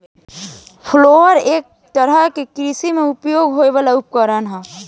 flail एक तरह के कृषि में उपयोग होखे वाला उपकरण ह